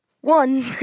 One